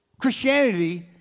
Christianity